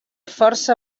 força